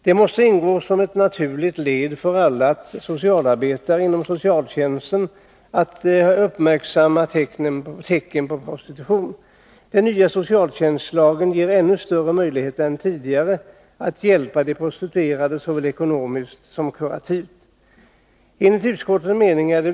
Det måste också ingå som ett naturligt led för alla socialarbetare inom socialtjänsten att uppmärksamma tecken på prostitution. Den nya socialtjänstlagen ger ännu större möjlighet än tidigare att hjälpa prostituerade såväl ekonomiskt som kurativt.